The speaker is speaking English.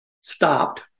stopped